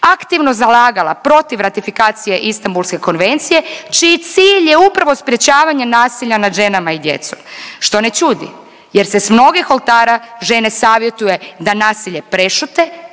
aktivno zalagala protiv ratifikacije Istanbulske konvencije čiji cilj je upravo sprječavanje nasilja nad ženama i djecom, što ne čudi jer se s mnogih oltara žene savjetuje da nasilje prešute